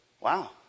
Wow